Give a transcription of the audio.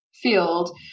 field